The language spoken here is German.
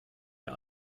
der